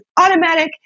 automatic